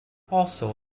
also